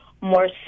more